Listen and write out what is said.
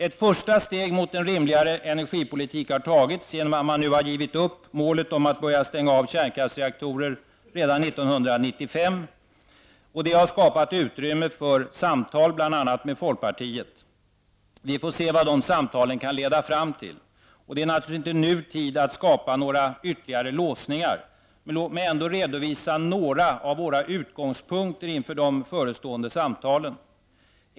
Ett första steg mot en rimligare energipolitik har nu tagits i och med att målet att avstänga kärnkraftsreaktorer redan år 1995 har givits upp. Detta har skapat utrymme för samtal med bl.a. folkpartiet. Vi får se vad de samtalen kan leda fram till. Det är naturligtvis inte nu läge att skapa några ytterligare låsningar, men låt mig ändå redovisa några av folkpartiets utgångspunkter inför de förestående samtalen.